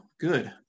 Good